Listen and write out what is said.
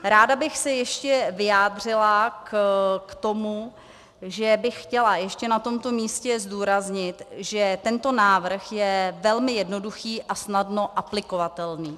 Ráda bych se ještě vyjádřila k tomu, že bych chtěla ještě na tomto místě zdůraznit, že tento návrh je velmi jednoduchý a snadno aplikovatelný.